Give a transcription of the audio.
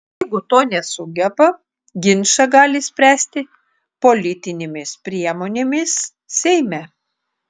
jeigu to nesugeba ginčą gali spręsti politinėmis priemonėmis seime